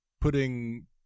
putting